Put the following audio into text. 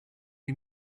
you